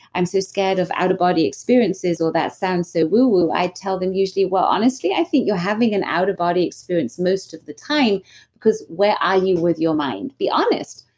i'm so scared of out-of-body experiences or that sound so woo-woo. i tell them usually well, honestly i think you're having an out-of-body experience most of the time because where are you with your mind? be honest.